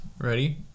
Ready